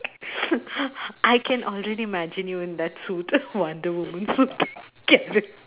I can already imagine you in that suit wonder woman suit Kare~